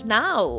now